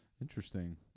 Interesting